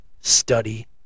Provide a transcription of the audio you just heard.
study